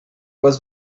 was